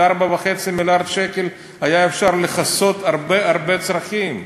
ב-4.5 מיליארד שקל היה אפשר לכסות הרבה הרבה צרכים.